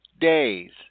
days